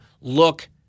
look